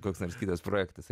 koks nors kitas projektas